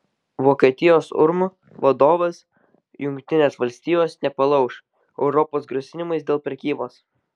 vokietijos urm vadovas jungtinės valstijos nepalauš europos grasinimais dėl prekybos